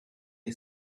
lay